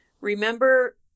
Remember